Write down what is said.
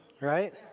Right